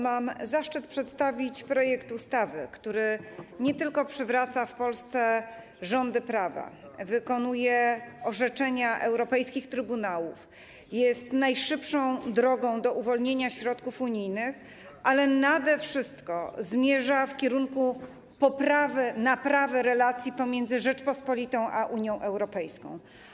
Mam zaszczyt przedstawić projekt ustawy, który nie tylko przywraca rządy prawa w Polsce, ale wykonuje również orzeczenia europejskich trybunałów, stanowi najszybszą drogę do uwolnienia środków unijnych, ale nade wszystko zmierza w kierunku poprawy, naprawy relacji pomiędzy Rzecząpospolitą a Unią Europejską.